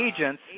agents